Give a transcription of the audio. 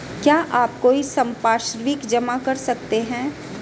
क्या आप कोई संपार्श्विक जमा कर सकते हैं?